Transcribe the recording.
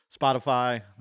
Spotify